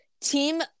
Team